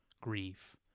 grief